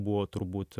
buvo turbūt